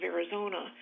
Arizona